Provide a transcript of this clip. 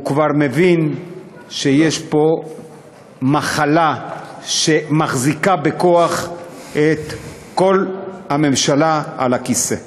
הוא כבר מבין שיש פה מחלה שמחזיקה בכוח את כל הממשלה על הכיסא.